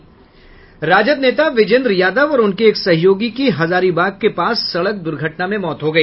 राजद नेता विजेंद्र यादव और उनके एक सहयोगी की हजारीबाग के पास सड़क द्र्घटना में मौत हो गई